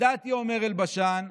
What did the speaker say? "ידעתי", אומר אלבשן,